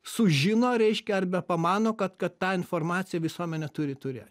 sužino reiškia arbe pamano kad kad tą informaciją visuomenė turi turėt